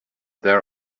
their